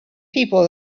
people